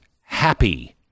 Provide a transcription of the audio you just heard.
happy